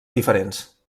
diferents